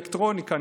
אלקטרוניקה,